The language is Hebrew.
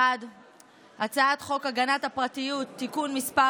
1. הצעת חוק הגנת הפרטיות (תיקון מס'